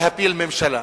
להפיל ממשלה.